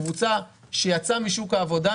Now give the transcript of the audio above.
קבוצה שיצאה משוק העבודה,